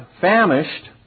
famished